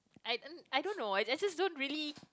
I I don't know I just don't really